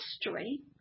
history